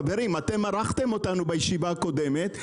חברים, מרחתם אותנו בישיבה הקודמת.